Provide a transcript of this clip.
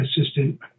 assistant